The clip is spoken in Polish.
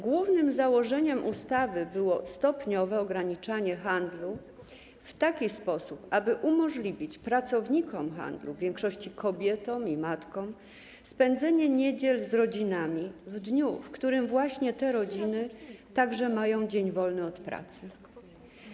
Głównym założeniem ustawy było stopniowe ograniczanie handlu w taki sposób, aby umożliwić pracownikom handlu, w większości kobietom i matkom, spędzanie niedziel z rodzinami - dnia, który właśnie te rodziny mają także wolny od pracy.